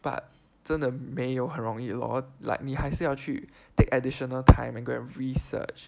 but 真的没有很容易 lor like 你还是要去 take additional time and go and research